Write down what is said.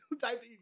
type